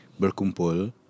berkumpul